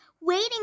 waiting